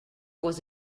was